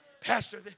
pastor